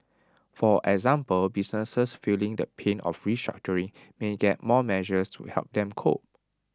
for example businesses feeling the pain of restructuring may get more measures to help them cope